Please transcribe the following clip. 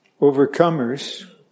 overcomers